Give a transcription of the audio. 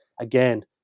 again